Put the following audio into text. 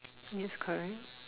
means correct